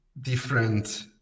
different